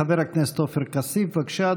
חבר הכנסת עופר כסיף, בבקשה,